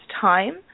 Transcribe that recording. time